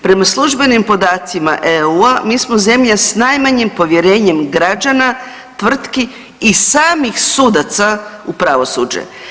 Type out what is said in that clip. Prema službenim podacima EU-a mi smo zemlja s najmanjim povjerenjem građana, tvrtki i samih sudaca u pravosuđe.